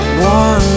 One